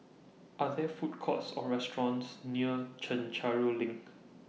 Are There Food Courts Or restaurants near Chencharu LINK